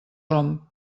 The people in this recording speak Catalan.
romp